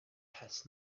has